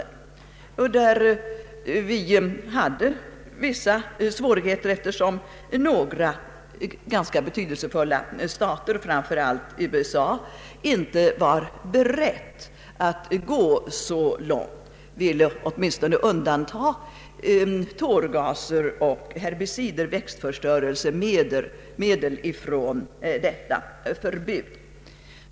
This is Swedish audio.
Vi mötte därvidlag vissa svårigheter, eftersom några ganska betydelsefulla stater — framför allt USA — inte var berett att gå så långt utan ville undanta åtminstone tårgaser och herbicider, växtförstöringsmedel, från detta förbud.